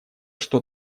что